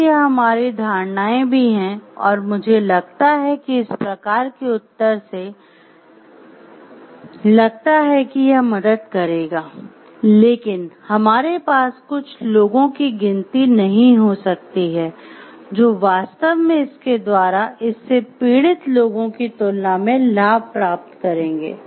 शायद यह हमारी धारणाएं भी हैं और मुझे लगता है कि इस प्रकार के उत्तर से लगता है कि यह मदद करेगा लेकिन हमारे पास कुल लोगों की गिनती नहीं हो सकती है जो वास्तव में इसके द्वारा इससे पीड़ित लोगों की तुलना में लाभ प्राप्त करेंगे